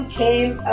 came